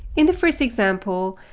in the first example,